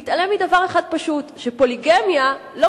ומתעלם מדבר אחד פשוט: בפוליגמיה לא